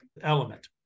element